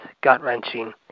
gut-wrenching